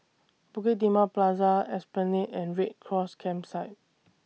Bukit Timah Plaza Esplanade and Red Cross Campsite